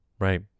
right